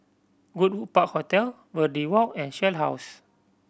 Goodwood Park Hotel Verde Walk and Shell House